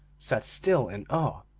sat still in awe,